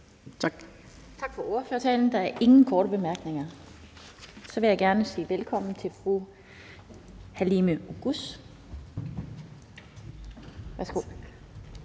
Tak for ordførertalen. Der er ingen korte bemærkninger. Så vil jeg gerne sige velkommen til fru Halime Oguz fra SF. Værsgo.